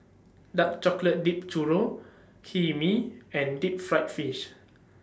Dark Chocolate Dipped Churro Hae Mee and Deep Fried Fish